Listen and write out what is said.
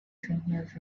seniors